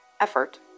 effort